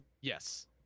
yes